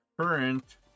current